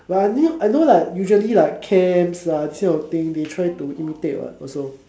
but I knew I know like usually like camps lah these kind of thing they try to imitate what also